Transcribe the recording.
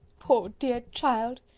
poor dear child!